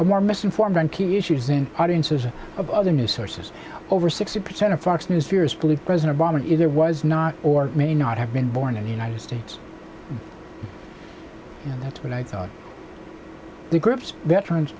are more misinformed on key issues in audiences of other news sources over sixty percent of fox news viewers believe president obama either was not or may not have been born in the united states and that's what i thought the groups veterans